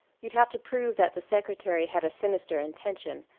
you'd have to prove that the secretary had a sinister intention.